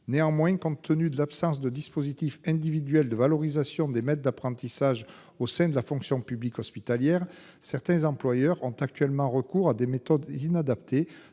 Néanmoins, compte tenu de l'absence de dispositif individuels de valorisation des maîtres d'apprentissage au sein de la fonction publique hospitalière, certains employeurs ont actuellement recours à des méthodes inadaptées.